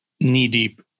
knee-deep